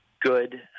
good